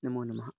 नमो नमः